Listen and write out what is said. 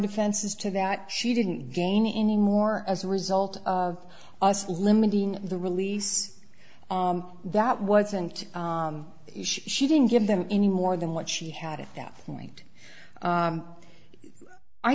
defenses to that she didn't gain any more as a result of us limiting the release that wasn't she didn't give them any more than what she had at that point